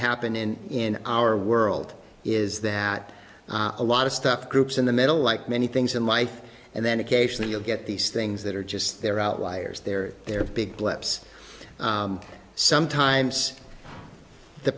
happen in our world is that a lot of stuff groups in the middle like many things in life and then occasionally you'll get these things that are just they're out wires there they're big blips sometimes the